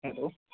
hello